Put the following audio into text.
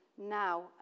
Now